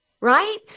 right